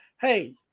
Hey